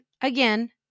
again